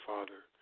Father